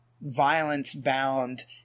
violence-bound –